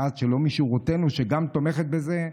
אחת שלא משורותינו שגם תומכת בזה.